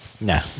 No